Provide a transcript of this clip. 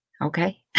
Okay